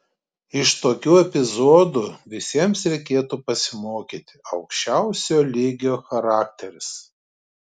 iš tokių epizodų visiems reikėtų pasimokyti aukščiausio lygio charakteris